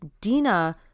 Dina